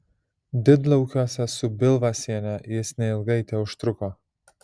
didlaukiuose su bilvaisiene jis neilgai teužtruko